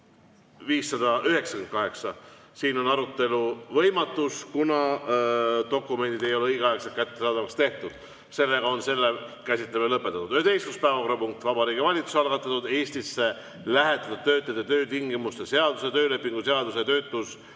Siin on arutelu võimatus, kuna dokumendid ei ole õigeaegselt kättesaadavaks tehtud. Selle käsitlemine on lõpetatud. 11. päevakorrapunkt on Vabariigi Valitsuse algatatud Eestisse lähetatud töötajate töötingimuste seaduse, töölepingu seaduse ja